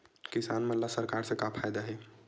किसान मन ला सरकार से का फ़ायदा हे?